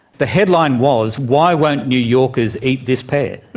the headline was, why won't new yorkers eat this pear?